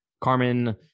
Carmen